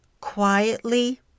quietly